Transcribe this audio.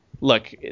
look